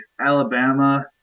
Alabama